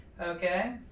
Okay